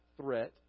threat